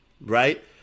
right